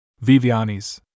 Viviani's